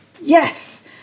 Yes